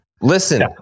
Listen